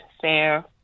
fair